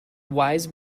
wise